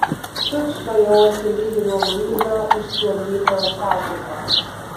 tučtuojau atsilygino luiza už sklandytojos pašaipą